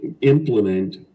implement